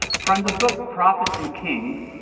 from the book prophet and kings,